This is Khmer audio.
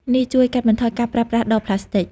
នេះជួយកាត់បន្ថយការប្រើប្រាស់ដបទឹកប្លាស្ទិក។